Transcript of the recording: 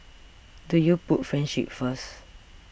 do you put friendship first